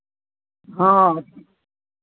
हँ